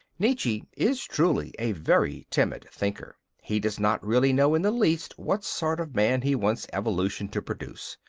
nietzsche is truly a very timid thinker. he does not really know in the least what sort of man he wants evolution to produce.